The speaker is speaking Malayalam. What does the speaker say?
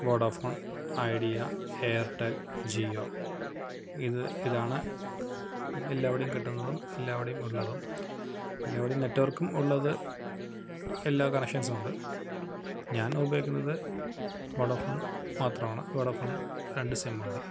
വോഡഫോൺ ഐഡിയ എയർടെൽ ജിയോ ഇത് ഇതാണ് എല്ലാവിടെയും കിട്ടുന്നതും എല്ലാവിടെയും ഉള്ളതും എല്ലാവിടെയും നെറ്റ് വർക്കും ഉള്ളത് എല്ലാ കണക്ഷൻസും ഉണ്ട് ഞാൻ ഉപയോഗിക്കുന്നത് വോഡഫോൺ മാത്രമാണ് വോഡഫോൺ രണ്ട് സിമ്മുണ്ട്